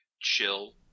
chill